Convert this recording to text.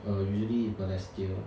err usually balestier